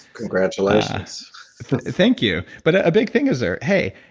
congratulations thank you. but a big thing is there, hey,